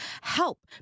help